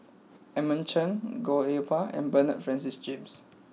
Edmund Chen Goh Eng Wah and Bernard Francis James